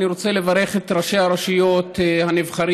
אני רוצה לברך את ראשי הרשויות הנבחרים,